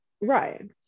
right